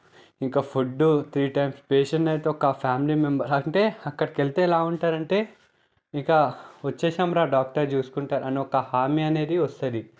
ఇంకా food three times పేషెంట్ను అయితే ఒక ఫ్యామిలీ మెంబర్ అంటే అక్కడికి వెళితే ఎలా ఉంటారు అంటే ఇక వచ్చేసాం రా డాక్టర్ చూసుకుంటారు అని ఒక హామీ అనేది వస్తుంది